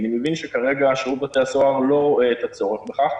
אני מבין שכרגע שירות בתי הסוהר לא רואה את הצורך בכך.